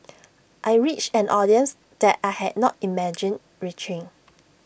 I reached an audience that I had not imagined reaching